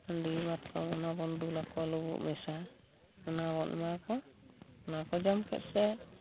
ᱦᱸᱰᱤ ᱢᱟᱛᱠᱚᱢ ᱚᱱᱟ ᱵᱚᱱ ᱫᱩᱞᱟᱠᱚᱣᱟ ᱞᱩᱵᱩᱜ ᱢᱮᱥᱟ ᱚᱱᱟ ᱵᱚᱱ ᱮᱢᱟ ᱠᱚᱣᱟ ᱚᱱᱟ ᱠᱚ ᱡᱚᱢ ᱠᱮᱫ ᱥᱮ